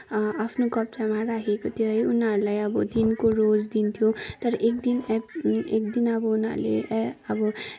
आफ्नो कब्जामा राखेको थियो है उनीहरूलाई अब दिनको रोज दिन्थ्यो तर एक दिन एप एक दिन अब उनीहरूले